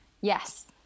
Yes